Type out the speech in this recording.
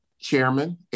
Chairman